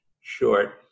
short